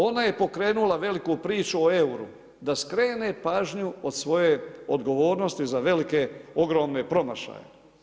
Ona je pokrenula veliku priču o euru da skrene pažnju od svoje odgovornosti za velike, ogromne promašaje.